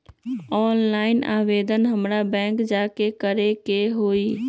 Online आवेदन हमरा bank जाके करे के होई?